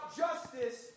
justice